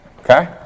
Okay